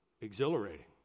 exhilarating